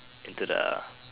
into the